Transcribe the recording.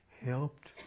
helped